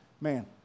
Man